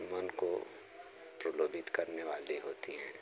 मन को प्रलोभित करने वाली होती हैं